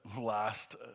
last